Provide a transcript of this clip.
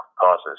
causes